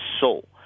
soul